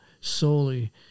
solely